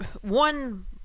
One